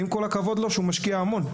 עם כל הכבוד לו שהוא משקיע המון.